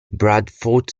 bradford